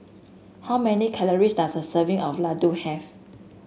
how many calories does a serving of laddu have